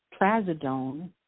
Trazodone